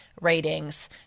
ratings